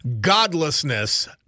godlessness